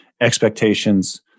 expectations